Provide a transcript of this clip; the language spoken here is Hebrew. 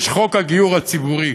יש חוק הגיור הציבורי,